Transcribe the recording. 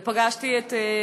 תודה.